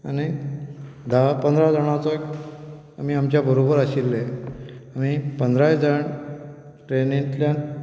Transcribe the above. आनी धा पंदरा जाणांचो आमी एक आमी आमचे बरोबर आशिल्ले आमी पंदराय जाण ट्रेनिंतल्यान